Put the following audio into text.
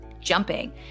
jumping